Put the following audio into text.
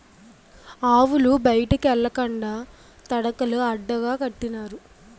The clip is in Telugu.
ఆవులు బయటికి ఎల్లకండా తడకలు అడ్డగా కట్టినారు